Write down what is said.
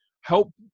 help